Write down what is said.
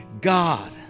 God